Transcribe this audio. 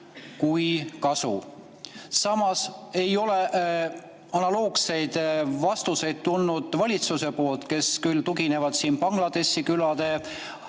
kui kasu. Samas ei ole analoogseid vastuseid tulnud valitsuselt, kes küll tugineb Bangladeshi külade